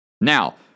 Now